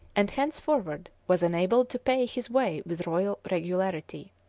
and henceforward was enabled to pay his way with royal regularity.